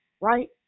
right